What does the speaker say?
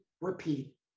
repeat